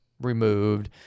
removed